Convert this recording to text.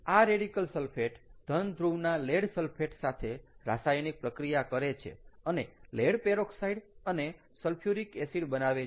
આ radical sulphate ધન ધ્રુવના લેડ સલ્ફેટ સાથે રાસાયણિક પ્રક્રિયા કરે છે અને લેડ પેરોક્સાઈડ અને સલ્ફ્યુરિક એસિડ બનાવે છે